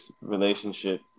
relationship